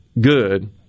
good